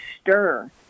stir